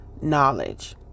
knowledge